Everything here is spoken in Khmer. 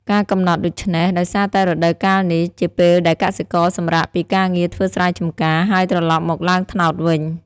ការកំណត់ដូច្នេះ ដោយសារតែរដូវកាលនេះ ជាពេលដែលកសិករសម្រាកពីការងារធ្វើស្រែចម្ការ ហើយត្រឡប់មកឡើងត្នោតវិញ។